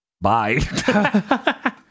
Bye